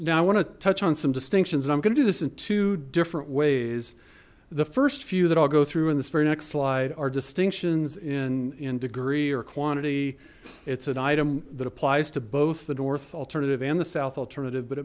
now i want to touch on some distinctions and i'm going to do this in two different ways the first few that i'll go through and this very next slide are distinctions in in degree or quantity it's an item that applies to both the north alternative and the south alternative but